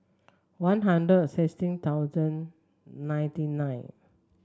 One Hundred sixteen thousand ninety nine